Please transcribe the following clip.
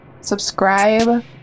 subscribe